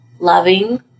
loving